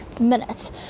minutes